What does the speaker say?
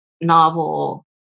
novel